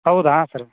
ಹೌದಾ ಸರ್